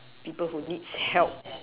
people who needs help